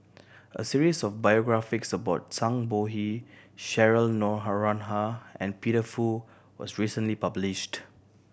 a series of biographies about Zhang Bohe Cheryl Noronha and Peter Fu was recently published